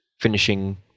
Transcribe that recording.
finishing